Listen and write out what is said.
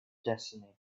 destiny